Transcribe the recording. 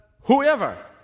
whoever